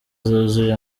zuzuye